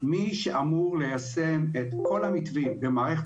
מי שאמור ליישם את כל המתווים במערכת